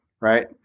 Right